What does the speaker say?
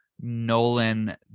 nolan